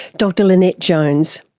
dr lynette jones.